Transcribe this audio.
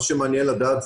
מה שמעניין לדעת,